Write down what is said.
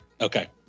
Okay